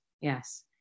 yes